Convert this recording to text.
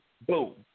Boom